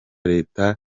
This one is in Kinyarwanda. leta